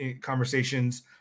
conversations